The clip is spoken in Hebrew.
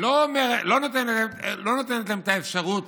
לא נותנת להם את האפשרות